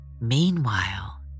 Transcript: Meanwhile